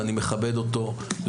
ואני מכבד אותו,